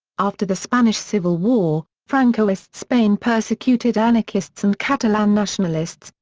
after the spanish civil war, francoist spain persecuted anarchists and catalan nationalists,